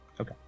Okay